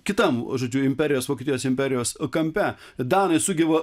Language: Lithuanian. kitam žodžiu imperijos vokietijos imperijos kampe danai sugeba